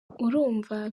urumva